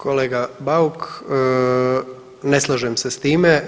Kolega Bauk, ne slažem se s time.